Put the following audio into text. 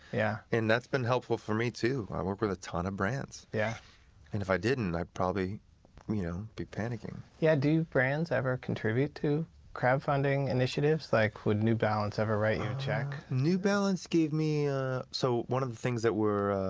yeah. and that's been helpful for me too, i work with a ton of brands. yeah and if i didn't, i'd probably be panicking. yeah, do brands ever contribute to crowdfunding initiatives? like would new balance ever write you a check? new balance gave me so one of the things that we're